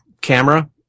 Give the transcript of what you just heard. camera